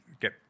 get